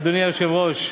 אדוני היושב-ראש,